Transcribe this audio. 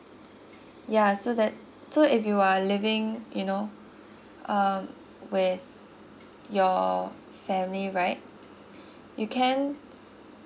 ya so that so if you are living you know um with your family right you can